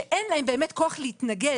שאין להם באמת כוח להתנגד,